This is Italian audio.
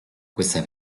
questa